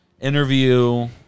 interview